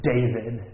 David